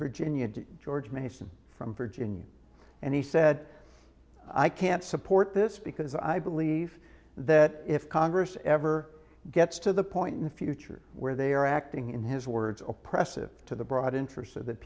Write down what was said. virginia george mason from virginia and he said i can't support this because i believe that if congress ever gets to the point in the future where they are acting in his words oppressive to the broad interests of th